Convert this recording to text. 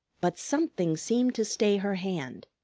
but something seemed to stay her hand.